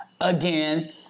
again